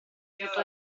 frutto